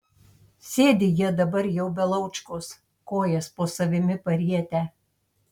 sėdi jie dabar jau be laučkos kojas po savimi parietę